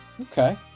Okay